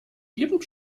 eben